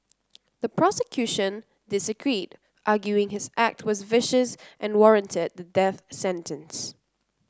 the prosecution disagreed arguing his act was vicious and warranted the death sentence